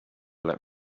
let